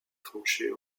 tranchée